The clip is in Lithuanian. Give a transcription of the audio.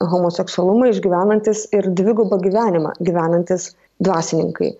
homoseksualumą išgyvenantys ir dvigubą gyvenimą gyvenantys dvasininkai